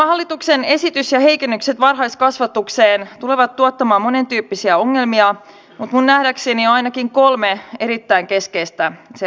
hallituksen esitys ja heikennykset varhaiskasvatukseen tulevat tuottamaan monentyyppisiä ongelmia mutta minun nähdäkseni on ainakin kolme erittäin keskeistä sellaista